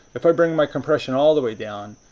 if i bring my compression all the way down,